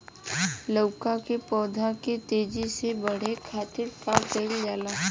लउका के पौधा के तेजी से बढ़े खातीर का कइल जाला?